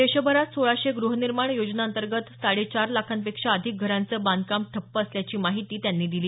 देशभरात सोळाशे ग्रहनिर्माण योजनांतर्गत साडे चार लाखांपेक्षा अधिक घरांचं बांधकाम ठप्प असल्याची माहिती त्यांनी दिली